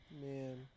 Man